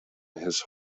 his